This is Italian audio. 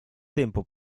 tempo